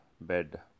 bed